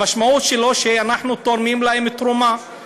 המשמעות היא שאנחנו תורמים להם תרומה,